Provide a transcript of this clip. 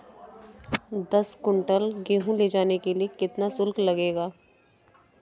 दस कुंटल गेहूँ ले जाने के लिए कितना शुल्क लगेगा?